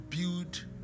build